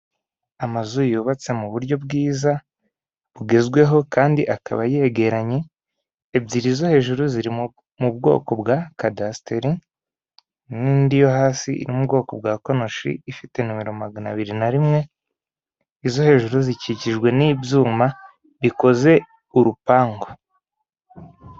Amazu yubatse mu buryo bwiza bugezweho kandi akaba yegeranye, ebyiri zo hejuru ziri mu bwoko bwa kadasiteri, n'indi yo hasi iri mu bwoko bwa konoshi ifite nomero magana abiri na rimwe, izo hejuru zikikijwe n'ibyuma bikoze urupangu.